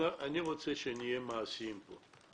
אני רוצה שנהיה מעשיים פה.